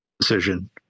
decision